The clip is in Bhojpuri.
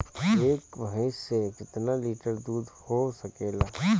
एक भइस से कितना लिटर दूध हो सकेला?